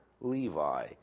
Levi